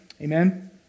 Amen